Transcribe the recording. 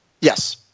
Yes